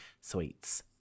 sweets